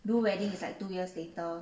do wedding it's like two years later